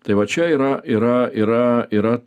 tai va čia yra yra yra yra